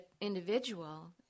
individual